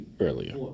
earlier